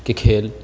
کے کھیل